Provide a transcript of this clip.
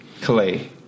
Clay